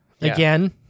again